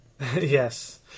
Yes